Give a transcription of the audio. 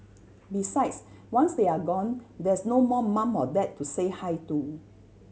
besides once they are gone there's no more mum or dad to say hi to